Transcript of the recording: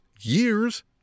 years